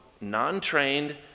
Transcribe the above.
non-trained